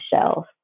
shelf